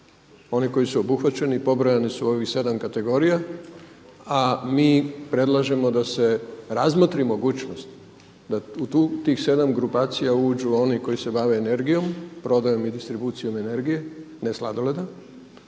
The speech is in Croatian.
Oni koji su obuhvaćeni pobrojani su u ovih 7 kategorija. A mi predlažemo da se razmotri mogućnost da u tih 7 grupacija uđu oni koji se bave energijom, prodajom i distribucijom energije ne sladoleda